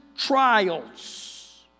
Trials